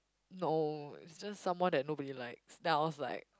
no it's just someone that nobody likes then I was like